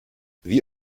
wie